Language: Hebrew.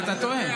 אבל אתה טועה.